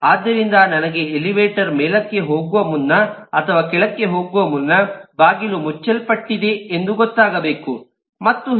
ಆದ್ದರಿಂದ ನನಗೆ ಎಲಿವೇಟರ್ ಮೇಲಕ್ಕೆ ಹೋಗುವ ಮುನ್ನ ಅಥವಾ ಕೆಳಕ್ಕೆ ಹೋಗುವ ಮುನ್ನ ಬಾಗಿಲು ಮುಚ್ಚಲ್ಪಟ್ಟಿದೆ ಎಂದು ಗೊತ್ತಾಗಬೇಕು ಮತ್ತು ಹೀಗೆ